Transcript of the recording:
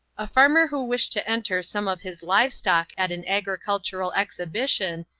a farmer who wished to enter some of his live-stock at an agricultural exhibition,